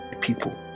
people